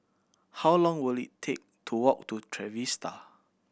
how long will it take to walk to Trevista